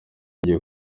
ngiye